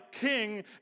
king